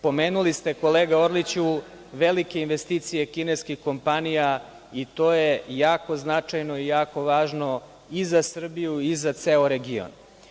Pomenuli ste, kolega Orliću, velike investicije kineskih kompanija i to je jako značajno i jako važno i za Srbiju i za ceo region.